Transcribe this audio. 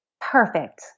Perfect